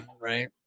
right